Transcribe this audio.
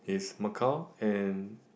is Macau and